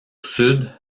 sud